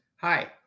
Hi